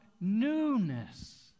newness